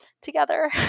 together